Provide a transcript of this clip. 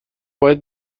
باید